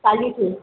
କାଲିଠୁ